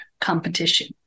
competition